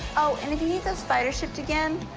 oh, and if you need those spiders shipped again,